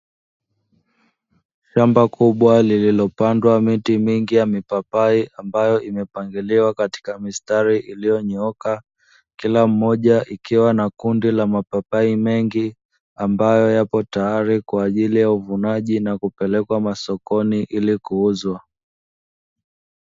Shamba kubwa lililopandwa miti mingi ya mipapai ambayo imepangiliwa katika mistari iliyonyooka, kila mmoja ikiwa na kundi la mapapai mengi ambayo yapo tayali kwa ajili ya uvunaji, na kupelekwa masokoni ili kuuzwa.